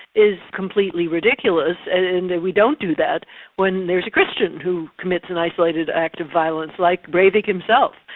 is completely ridiculous and and and we don't do that when there's a christian who commits an isolated act of violence like breivik himself.